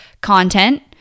Content